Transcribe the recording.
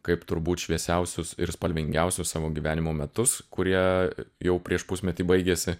kaip turbūt šviesiausius ir spalvingiausius savo gyvenimo metus kurie jau prieš pusmetį baigėsi